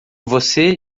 você